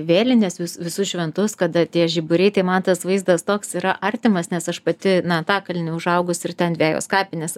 vėlines vis visus šventus kada tie žiburiai tai man tas vaizdas toks yra artimas nes aš pati na antakalny užaugus ir ten dvejos kapinės